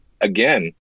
again